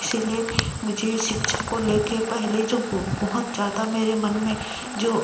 इसीलिए मुझे शिक्षा को लेके पहले जो बहुत ज़्यादा मेरे मन में जो